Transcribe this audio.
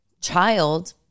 child